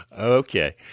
Okay